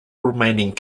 remaining